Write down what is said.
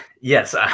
Yes